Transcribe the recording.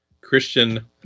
Christian